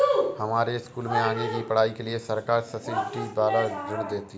हमारे स्कूल में आगे की पढ़ाई के लिए सरकार सब्सिडी वाला ऋण दे रही है